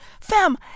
fam